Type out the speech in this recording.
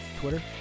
Twitter